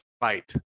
fight